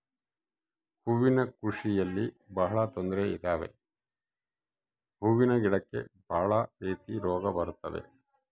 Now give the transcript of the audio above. ಹೂವಿನ ಕೃಷಿಯಲ್ಲಿ ಬಹಳ ತೊಂದ್ರೆ ಇದಾವೆ ಹೂವಿನ ಗಿಡಕ್ಕೆ ಭಾಳ ರೀತಿ ರೋಗ ಬರತವ